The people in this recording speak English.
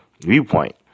viewpoint